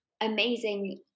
amazing